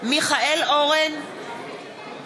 (קוראת בשמות חברי הכנסת)